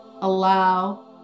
allow